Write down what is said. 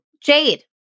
Jade